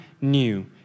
new